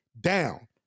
down